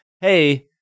hey